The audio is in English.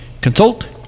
Consult